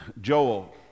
Joel